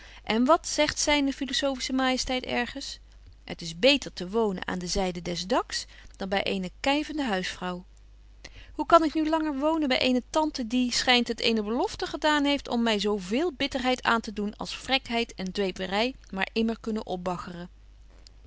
ende wat zegt zyne philosophische majesteit ergens het is beter te wonen aan de zyde des daks dan by eene kyvende huisvrouw hoe kan ik nu langer wonen by eene tante die schynt het eene belofte gedaan heeft om my zo veel bitterheid aan te doen als vrèkheid en dweepery maar immer kunnen opbaggeren